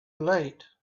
late